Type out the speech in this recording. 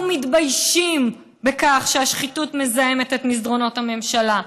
אנחנו מתביישים בכך שהשחיתות מזהמת את מסדרונות הממשלה.